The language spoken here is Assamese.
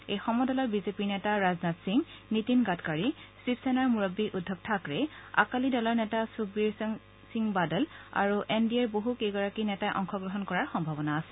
এই সমদলত বিজেপিৰ নেতা ৰাজনাথ সিংনীতিন গাডকাৰী শিৱসেনাৰ মুৰববী উদ্ধৱ থাকৰে আকালি দলৰ নেতা সুখবীৰ সিং বাদল আৰু এন ডি এৰ বহু কেইগৰাকী নেতাই অংশগ্ৰহণ কৰাৰ সভাৱনা আছে